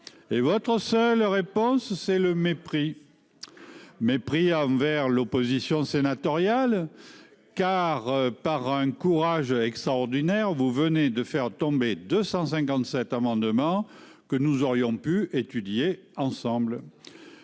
et votre seule réponse, c'est le mépris : mépris envers l'opposition sénatoriale, car, faisant preuve d'un courage extraordinaire, vous venez de faire tomber 257 amendements que nous aurions pu examiner ensemble